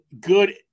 good